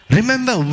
Remember